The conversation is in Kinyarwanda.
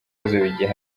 bigihari